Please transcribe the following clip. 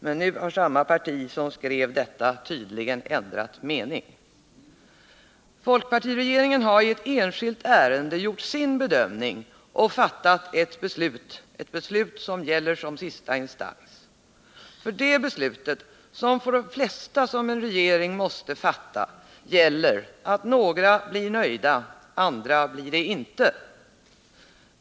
Men nu har samma parti som skrev detta tydligen ändrat mening. Folkpartiregeringen har i ett enskilt ärende gjort sin bedömning och fattat ett beslut — ett beslut som gäller som sista instans. För det beslutet, som för de flesta som en regering måste fatta, gäller att några blir nöjda, andra blir det inte.